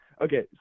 okay